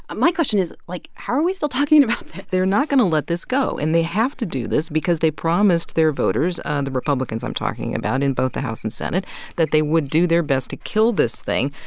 my question is, like, how are we still talking about this? they're not going to let this go. and they have to do this because they promised their voters and the republicans i'm talking about, in both the house and senate that they would do their best to kill this thing.